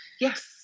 yes